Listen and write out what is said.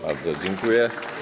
Bardzo dziękuję.